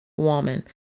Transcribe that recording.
Woman